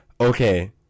Okay